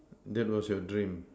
that was your dream